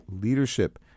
Leadership